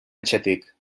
etxetik